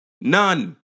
none